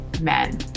men